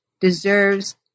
deserves